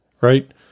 right